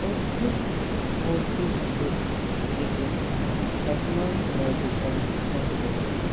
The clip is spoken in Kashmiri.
اَکہِ پھِرِ اوٗسُس بہٕ أکِس ٹیٚکنالاجِکَل فیسٹَس منٛز